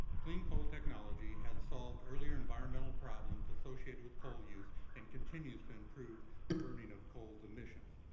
clean coal technology has solved earlier environmental problems associated with coal use and continues to improve the burning of coal's emissions.